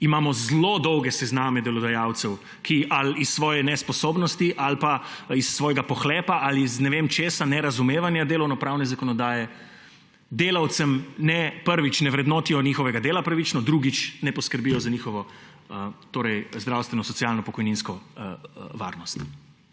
imamo zelo dolge sezname delodajalcev, ki zaradi svoje nesposobnosti ali pa svojega pohlepa ali zaradi ne vem česa, nerazumevanja delovnopravne zakonodaje, delavcem, prvič, ne vrednotijo njihovega dela pravično, drugič, ne poskrbijo za njihovo zdravstveno, socialno, pokojninsko varnost.